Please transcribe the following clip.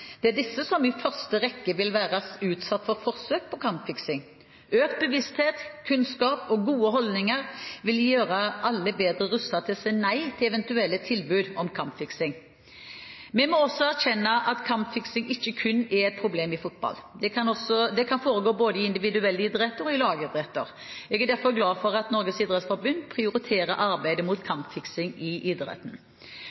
Det er disse som i første rekke vil være utsatt for forsøk på kampfiksing. Økt bevissthet, kunnskap og gode holdninger vil gjøre alle bedre rustet til å si nei til eventuelle tilbud om kampfiksing. Vi må også erkjenne at kampfiksing ikke kun er et problem i fotball; det kan foregå både i individuelle idretter og i lagidretter. Jeg er derfor glad for at Norges idrettsforbund prioriterer arbeidet mot